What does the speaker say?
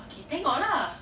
okay tengok lah